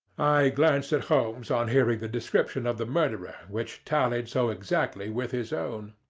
i glanced at holmes on hearing the description of the murderer, which tallied so exactly with his own.